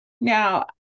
now